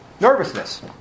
nervousness